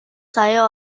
saya